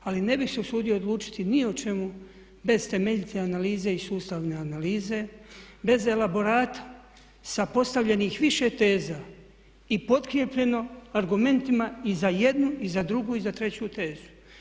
Ali ne bih se usudio odlučiti ni o čemu bez temeljite analize i sustavne analize, bez elaborata sa postavljenih više teza i potkrijepljeno argumentima i za jednu i za drugu i za treću tezu.